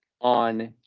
on